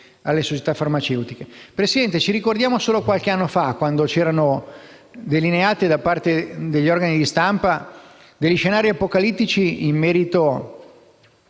Presidente, ricordiamo che solo qualche anno fa venivano delineati da parte degli organi di stampa degli scenari apocalittici in merito